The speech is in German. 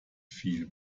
viel